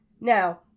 Now